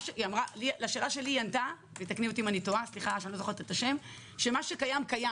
לשאלה שלי עו"ד ראובני ענתה שמה שקיים, קיים.